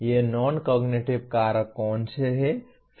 और ये non cognitive कारक कौन से हैं